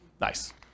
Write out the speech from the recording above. Nice